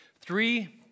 three